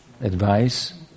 advice